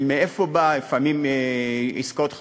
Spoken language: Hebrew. מאיפה זה בא: לפעמים עסקאות חד-פעמיות,